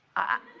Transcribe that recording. i